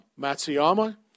Matsuyama